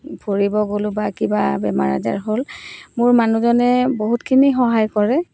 ফুৰিব গ'লো বা কিবা বেমাৰ আজাৰ হ'ল মোৰ মানুহজনে বহুতখিনি সহায় কৰে